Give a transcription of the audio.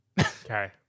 Okay